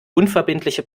unverbindliche